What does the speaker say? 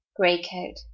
Greycoat